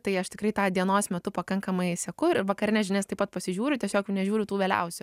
tai aš tikrai tą dienos metu pakankamai seku ir vakarines žinias taip pat pasižiūriu tiesiog nežiūriu tų vėliausių